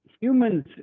Humans